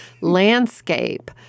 landscape